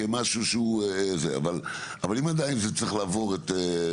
לא ואני אומר גם מה שנאמר פה על העניין שזה לא כלכלי לעומת בינוי,